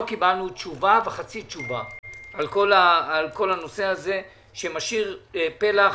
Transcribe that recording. קיבלנו תשובה וחצי תשובה על כל הנושא הזה שמשאיר פלח